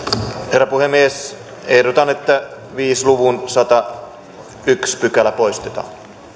herra puhemies ehdotan että viiden luvun sadasensimmäinen pykälä poistetaan